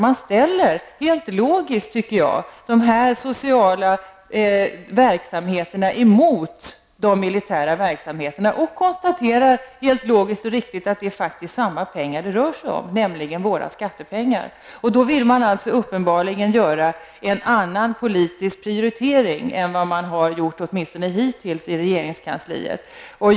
Man ställer dessa sociala verksamheter emot de militära verksamheterna och konstaterar helt logisk och riktigt att det faktiskt är samma pengar som det rör sig om, nämligen våra skattepengar. Man vill uppenbarligen göra en annan politisk prioritering än den som åtmistone hittills har gjorts i regeringskansliet.